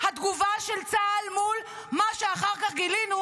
התגובה של צה"ל מול מה שאחר כך גילינו,